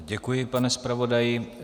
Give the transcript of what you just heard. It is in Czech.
Děkuji, pane zpravodaji.